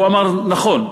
הוא אמר: נכון,